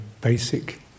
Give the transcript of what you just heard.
basic